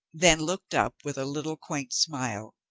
then looked up with a little, quaint smile.